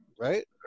right